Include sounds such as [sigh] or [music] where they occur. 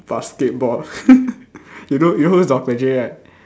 basketball [laughs] you know you know who is doctor J right